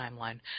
timeline